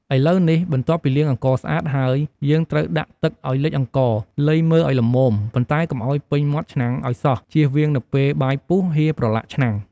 ឥឡូវនេះ បន្ទាប់ពីលាងអង្ករស្អាតហើយ យើងត្រូវដាក់ទឹកឱ្យលិចអង្ករ លៃមើលឱ្យល្មម ប៉ុន្តែកុំឱ្យពេញមាត់ឆ្នាំងឱ្យសោះ ជៀសវាង នៅពេលបាយពុះ ហៀរប្រឡាក់ឆ្នាំង។